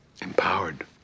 Empowered